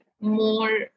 more